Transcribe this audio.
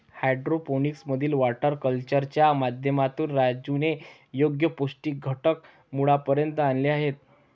hydroponics मधील water कल्चरच्या माध्यमातून राजूने योग्य पौष्टिक घटक मुळापर्यंत आणले आहेत